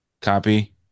Copy